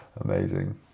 Amazing